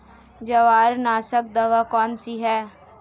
जवारनाशक दवा कौन सी है?